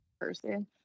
person